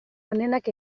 honenak